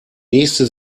nächste